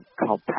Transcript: called